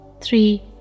three